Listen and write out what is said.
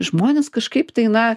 žmonės kažkaip tai na